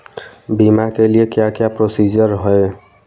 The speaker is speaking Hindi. बीमा के लिए क्या क्या प्रोसीजर है?